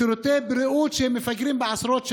שירותי הבריאות מפגרים בעשרות שנים.